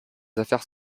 affaires